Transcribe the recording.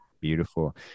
Beautiful